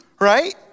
right